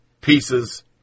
pieces